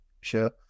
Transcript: sure